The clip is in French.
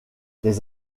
les